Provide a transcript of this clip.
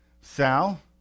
Sal